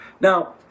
Now